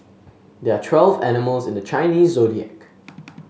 there are twelve animals in the Chinese Zodiac